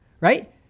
right